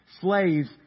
Slaves